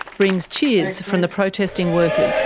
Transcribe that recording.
brings cheers from the protesting workers.